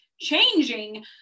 changing